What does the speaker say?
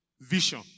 vision